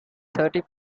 thirty